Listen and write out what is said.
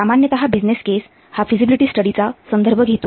सामान्यत business case हा feasibility study चा संदर्भ घेतो